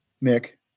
Nick